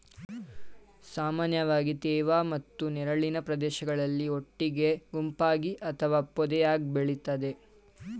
ಸಾಮಾನ್ಯವಾಗಿ ತೇವ ಮತ್ತು ನೆರಳಿನ ಪ್ರದೇಶಗಳಲ್ಲಿ ಒಟ್ಟಿಗೆ ಗುಂಪಾಗಿ ಅಥವಾ ಪೊದೆಯಾಗ್ ಬೆಳಿತದೆ